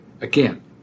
again